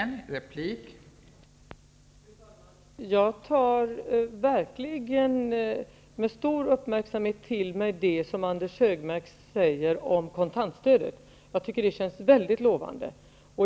Fru talman! Jag tar med stor uppmärksamhet verkligen till mig det som Anders G Högmark säger om kontantstödet. Jag tycker att det känns väldigt lovande.